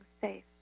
safe